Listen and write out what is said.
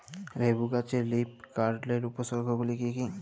লেবু গাছে লীফকার্লের উপসর্গ গুলি কি কী?